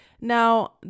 Now